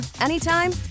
anytime